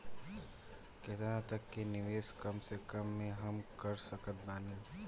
केतना तक के निवेश कम से कम मे हम कर सकत बानी?